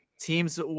teams